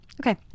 Okay